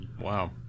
Wow